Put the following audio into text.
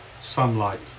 sunlight